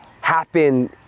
happen